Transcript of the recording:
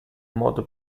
modo